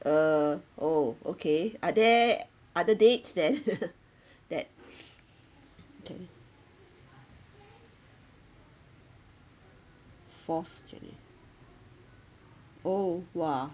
uh oh okay are there other dates then that can fourth january oh !wah!